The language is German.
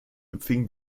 empfing